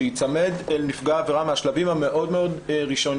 שייצמד אל נפגע העבירה מן השלבים המאוד מאוד ראשוניים